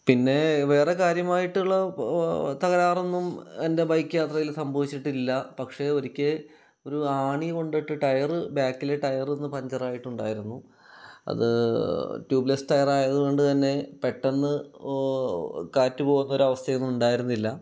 പിന്നെ വേറെ കാര്യമായിട്ടുള്ള തകരാറൊന്നും എൻ്റെ ബൈക്ക് യാത്രയിൽ സംഭവിച്ചിട്ടില്ല പക്ഷേ ഒരിക്കൽ ഒരു ആണി കൊണ്ടിട്ട് ടയർ ബാക്കിലെ ടയർ ഒന്ന് പഞ്ചറായിട്ടുണ്ടായിരുന്നു അത് ട്യൂബ് ലെസ് ടയറായതുകൊണ്ട്തന്നെ പെട്ടെന്ന് കാറ്റു പോകുന്ന ഒരു അവസ്ഥയൊന്നും ഉണ്ടായിരുന്നില്ല